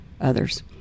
others